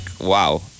wow